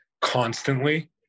constantly